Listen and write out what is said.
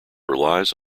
relies